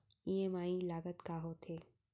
EMI लागत का होथे?